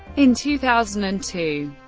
in two thousand and two,